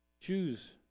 choose